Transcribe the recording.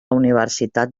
universitat